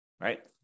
right